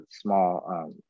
small